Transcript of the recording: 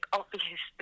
obvious